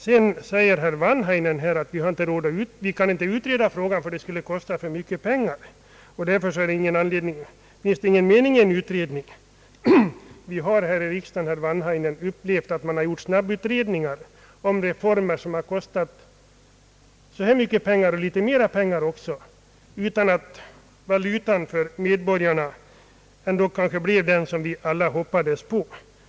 Herr Wanhainen säger att vi inte kan utreda frågan för att det skulle kosta för mycket pengar att genomföra reformen och att det därför inte är någon mening i att företa en utredning. Vi har här i riksdagen, herr Wanhainen, upplevt att man genomfört snabbutredning av reformer, som kostat så här mycket pengar eller ännu mera utan att valutan för medborgarna ändå blev den som vi alla hoppats på.